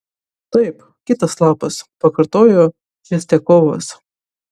taip kitas lapas pakartojo čistiakovas